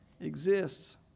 Exists